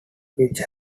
which